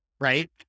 right